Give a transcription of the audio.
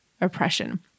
oppression